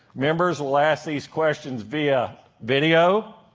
members will ask these questions via video.